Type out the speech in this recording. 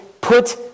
put